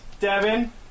Devin